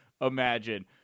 imagine